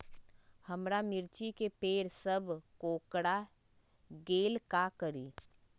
हमारा मिर्ची के पेड़ सब कोकरा गेल का करी?